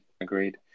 Agreed